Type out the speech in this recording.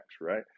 right